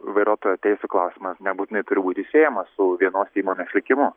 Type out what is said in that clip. vairuotojo teisių klausimas nebūtinai turi būti siejamas su vienos įmonės likimu